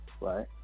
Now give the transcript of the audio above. right